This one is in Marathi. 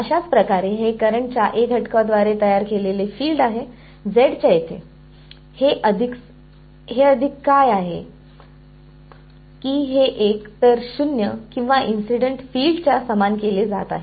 अशाच प्रकारे हे करंट च्या घटकाद्वारे तयार केलेले फील्ड आहे z च्या येथे हे अधिक हे काय आहे की हे एक तर 0 च्या किंवा इन्सिडेंट फिल्डच्या समान केले जात आहे